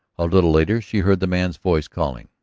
a little later she heard the man's voice, calling.